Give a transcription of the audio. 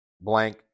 blank